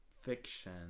Fiction